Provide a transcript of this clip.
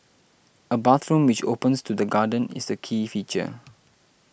a bathroom which opens to the garden is the key feature